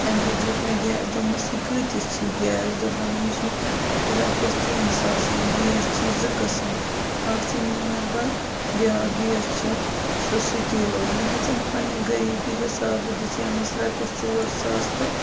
تٔمۍ حظ دیُت مےٚ گیس دوٚپمَس یہِ کۭتِس چھی گیس دوٚپنم یہِ چھِی رۄپیَس ژۄن ساسَن گیس چھِی زٕ قٕسٕم اَکھ چھِی ماربل بیٛاکھ گیس چھِی سُہ سٹیٖلو مےٚ حظ أنۍ پنٛنہِ غریٖبی حِسابہٕ دِژے مَس رۄپیَس ژور ساس تہٕ